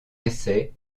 essais